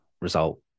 result